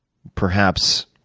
perhaps,